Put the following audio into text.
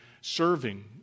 serving